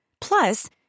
Plus